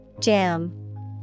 Jam